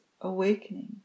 awakening